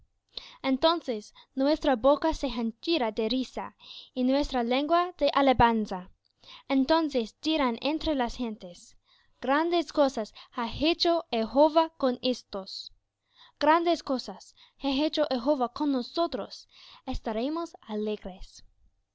entonces nuestra boca se henchirá de risa y nuestra lengua de alabanza entonces dirán entre las gentes grandes cosas ha hecho jehová con éstos grandes cosas ha hecho jehová con nosotros estaremos